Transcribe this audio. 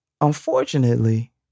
Unfortunately